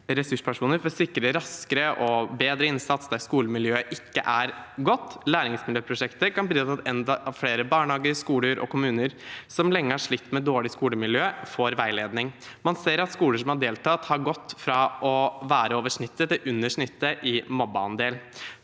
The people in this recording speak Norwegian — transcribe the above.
ressurspersoner for å sikre raskere og bedre innsats der skolemiljøet ikke er godt. Læringsmiljøprosjektet kan bidra til at enda flere barnehager, skoler og kommuner som lenge har slitt med dårlig skolemiljø, får veiledning. Man ser at skoler som har deltatt, har gått fra å ha over snittet til under snittet i mobbeandel.